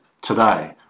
today